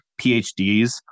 PhDs